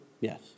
Yes